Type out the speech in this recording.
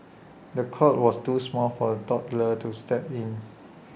the cot was too small for the toddler to sleep in